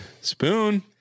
Spoon